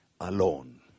alone